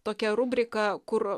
tokia rubrika kur